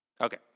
Okay